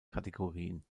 kategorien